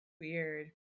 Weird